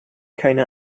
keine